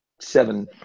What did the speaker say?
seven